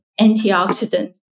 antioxidant